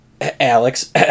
Alex